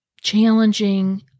challenging